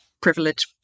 privilege